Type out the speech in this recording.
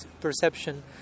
perception